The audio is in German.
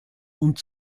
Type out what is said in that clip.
und